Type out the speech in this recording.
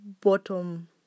bottom